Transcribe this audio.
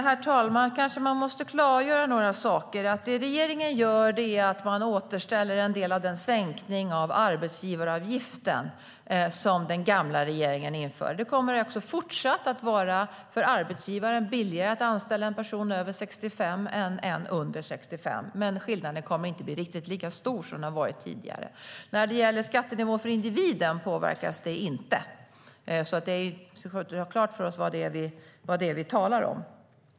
Herr talman! Vi måste kanske klargöra några saker. Det regeringen gör är att återställa en del av den sänkning av arbetsgivaravgiften som den gamla regeringen införde. Det kommer alltså fortsatt att vara billigare för arbetsgivaren att anställa en person över 65 år än en person under 65 år. Men skillnaden kommer inte att bli riktigt lika stor som den varit tidigare. Skattenivån för individen påverkas inte. Detta ska vi ha klart för oss.